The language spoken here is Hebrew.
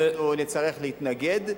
אנחנו נצטרך להתנגד,